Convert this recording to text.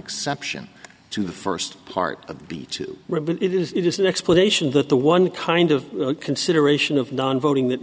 exception to the first part of b to rebut it is just an explanation that the one kind of consideration of non voting that